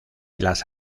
las